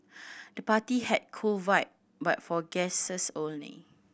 the party had cool vibe but for guests only